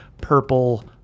purple